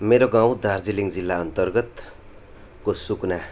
मेरो गाउँ दार्जिलिङ जिल्लाअन्तर्गतको सुकुना